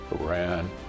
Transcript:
Iran